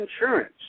Insurance